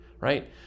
right